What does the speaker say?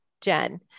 Jen